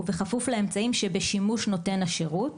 ובכפוף לאמצעים שבשימוש נותן השירות,